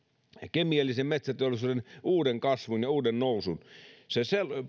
kemiallisen metsäteollisuuden uuden kasvun ja uuden nousun se se